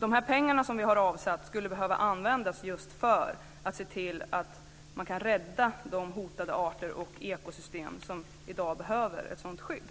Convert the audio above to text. De pengar som vi har avsatt skulle behöva användas för att se till att man kan rädda de hotade arter och ekosystem som i dag behöver skydd.